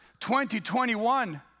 2021